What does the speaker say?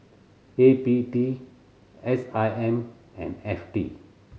A P D S I M and F T